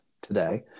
today